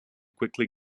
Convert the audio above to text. quickly